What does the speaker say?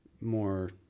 more